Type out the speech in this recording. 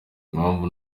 impamvu